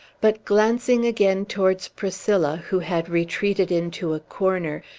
but, glancing again towards priscilla, who had retreated into a corner,